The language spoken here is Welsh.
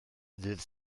ddydd